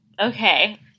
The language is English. okay